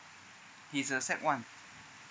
he's a sec one